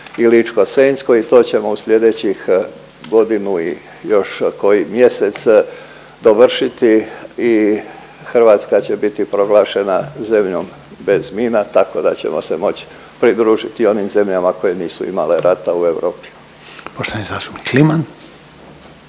i Ličko-senjskoj i to ćemo u sljedećih godinu i još koji mjesec dovršiti i Hrvatska će biti proglašenom zemljom bez mina tako da ćemo se moć pridružiti i onim zemljama koje nisu imale rata u Europi.